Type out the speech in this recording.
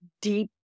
deep